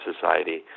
Society